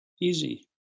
Easy